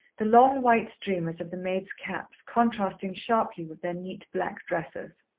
the long white streamers of the maids' caps contrasting sharply with their neat black dresses.